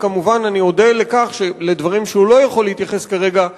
וכמובן אני אודה על כך שאת הדברים שהוא לא יכול להתייחס אליהם כרגע,